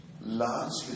largely